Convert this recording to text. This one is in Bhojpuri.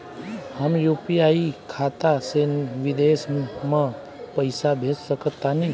हम यू.पी.आई खाता से विदेश म पइसा भेज सक तानि?